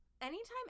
Anytime